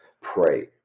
Pray